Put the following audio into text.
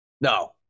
No